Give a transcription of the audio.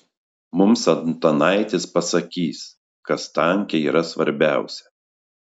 mums antanaitis pasakys kas tanke yra svarbiausia